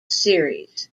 series